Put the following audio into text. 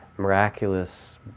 Miraculous